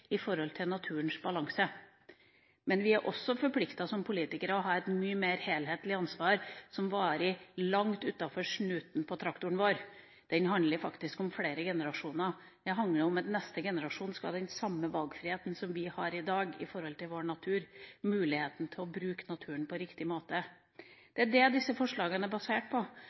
også forpliktet som politikere til å ta et mye mer helhetlig ansvar, som varer langt utenfor snuten på traktoren vår. Det handler faktisk om flere generasjoner, det handler om at neste generasjon skal ha den samme valgfriheten som vi har i dag i forhold til vår natur og muligheten til å bruke naturen på riktig måte. Det er det disse forslagene er basert på.